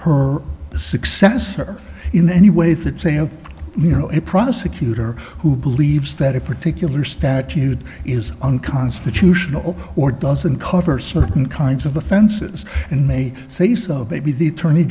her successor in any way that they have you know a prosecutor who believes that a particular statute is unconstitutional or doesn't cover certain kinds of offenses and may say so maybe the attorney